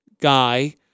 guy